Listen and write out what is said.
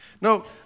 No